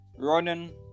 Ronan